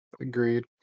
agreed